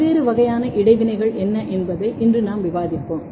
பல்வேறு வகையான இடைவினைகள் என்ன என்பதை இன்று நாம் விவாதிப்போம்